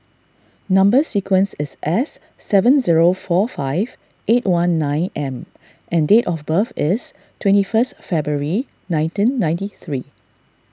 Number Sequence is S seven zero four five eight one nine M and date of birth is twenty first February nineteen ninety three